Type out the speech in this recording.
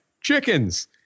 chickens